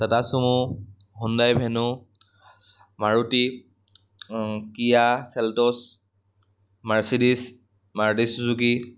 Tata sumo Hyundai venue Maruti Kia Seltos Mercedes Maruti Suzuki